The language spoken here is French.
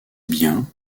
bien